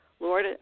lord